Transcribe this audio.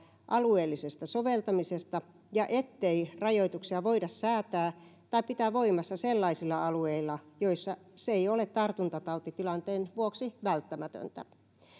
alueellisesta soveltamisesta ja ettei rajoituksia voida säätää tai pitää voimassa sellaisilla alueilla joissa se ei ole tartuntatautitilanteen vuoksi välttämätöntä